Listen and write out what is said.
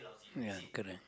ya correct